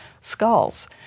skulls